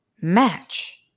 match